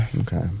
Okay